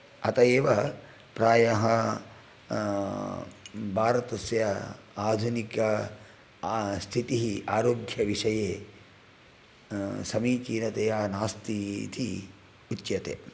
अत एव प्रायः भारतस्य आधुनिक स्थितिः आरोग्यविषये समीचिनतया नास्ति इति उच्यते